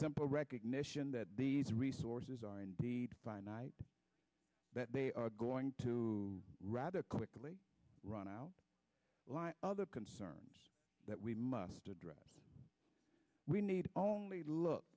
simple recognition that these resources are indeed finite that they are going to rather quickly runout like other concerns that we must address we need only look